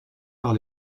par